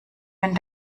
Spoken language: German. wenn